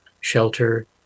shelter